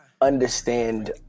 Understand